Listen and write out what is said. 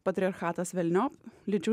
patriarchatas velniop lyčių